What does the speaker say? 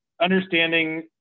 understanding